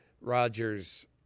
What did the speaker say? Rodgers